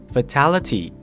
Fatality